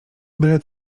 byle